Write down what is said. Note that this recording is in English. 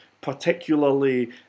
particularly